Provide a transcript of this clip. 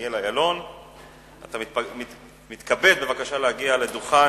דניאל אילון, אתה מתכבד בבקשה להגיע לדוכן.